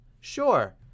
Sure